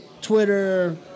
Twitter